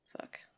Fuck